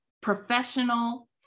professional